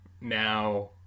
now